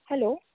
hello